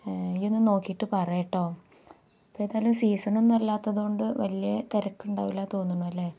നീയൊന്നു നോക്കിയിട്ട് പറയൂ കേട്ടോ ഇപ്പം ഏതായാലും സീസണൊന്നും അല്ലാത്തതു കൊണ്ട് വലിയ തിരക്കുണ്ടാകില്ല തോന്നുന്നു അല്ലേ